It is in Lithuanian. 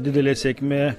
didelė sėkmė